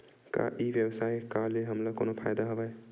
का ई व्यवसाय का ले हमला कोनो फ़ायदा हवय?